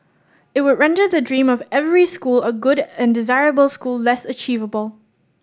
it would render the dream of every school a good and desirable school less achievable